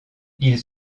ils